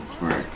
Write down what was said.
Right